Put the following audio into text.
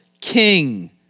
king